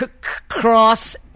cross